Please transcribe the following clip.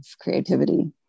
creativity